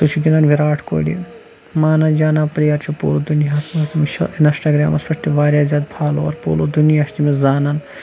سُہ چھُ گِنٛدان وِراٹھ کوہلی مانا جان پٕلیر چھُ پوٗرٕ دُنیاہَس منٛز تٔمِس چھِ اِنَسٹاگِرٛامَس پٮ۪ٹھ تہِ واریاہ زیادٕ فالووَر پوٗرٕ دُنیا چھُ تٔمِس زانان